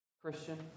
Christian